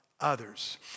others